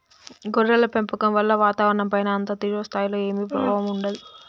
గొర్రెల పెంపకం వల్ల వాతావరణంపైన అంత తీవ్ర స్థాయిలో ఏమీ ప్రభావం ఉండదు